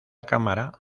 cámara